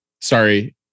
Sorry